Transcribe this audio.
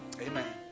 Amen